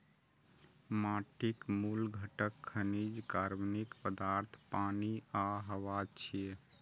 माटिक मूल घटक खनिज, कार्बनिक पदार्थ, पानि आ हवा छियै